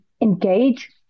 engage